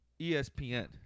espn